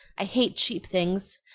i hate cheap things!